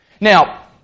Now